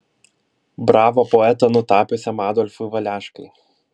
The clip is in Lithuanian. bravo poetą nutapiusiam adolfui valeškai